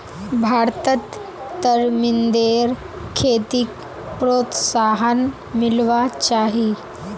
भारतत तरमिंदेर खेतीक प्रोत्साहन मिलवा चाही